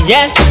Yes